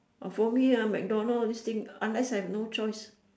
oh for me ah MacDonald all this thing unless I have no choice